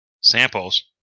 Samples